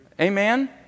Amen